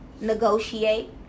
negotiate